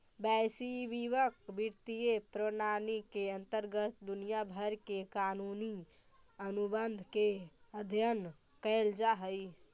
वैश्विक वित्तीय प्रणाली के अंतर्गत दुनिया भर के कानूनी अनुबंध के अध्ययन कैल जा हई